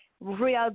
real